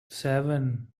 seven